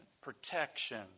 protection